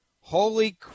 Holy